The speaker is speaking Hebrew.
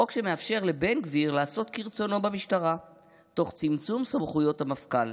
חוק שמאפשר לבן גביר לעשות כרצונו במשטרה תוך צמצום סמכויות המפכ"ל.